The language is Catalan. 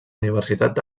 universitat